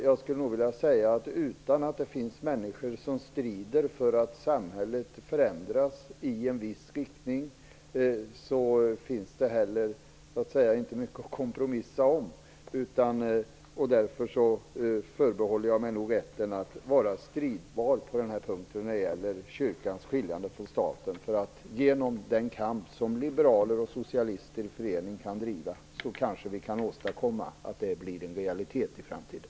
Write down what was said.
Jag skulle dock vilja säga att utan människor som strider för att samhället skall förändras i en viss riktning finns det inte heller mycket att kompromissa om. Därför förbehåller jag mig rätten att vara stridbar när det gäller kyrkans skiljande från staten för att det, genom den kamp som liberaler och socialister i förening kan driva, skall kunna bli realitet i framtiden.